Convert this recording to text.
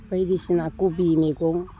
बायदिसिना खबि मैगं